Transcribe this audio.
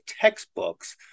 textbooks